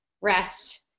rest